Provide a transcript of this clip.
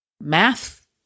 Math